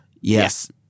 Yes